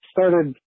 started